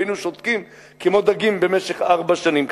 והיינו שותקים כמו דגים במשך ארבע שנים.